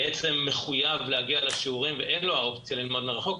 בעצם מחויב להגיע לשיעורים ואין לו את האופציה ללמוד מרחוק.